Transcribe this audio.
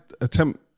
attempt